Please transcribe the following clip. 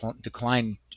decline